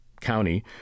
County